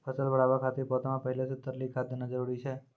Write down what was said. फसल बढ़ाबै खातिर पौधा मे पहिले से तरली खाद देना जरूरी छै?